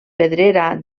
pedrera